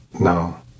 No